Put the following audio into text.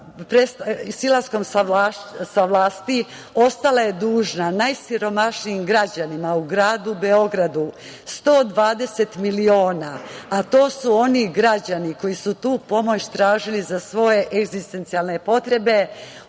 ostala dužna najsiromašnijim građanima u gradu Beogradu 120 miliona, a to su oni građani koji su tu pomoć tražili za svoje egzistencionalne potrebe,